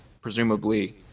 presumably –